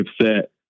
upset